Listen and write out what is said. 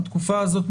התקופה הזאת,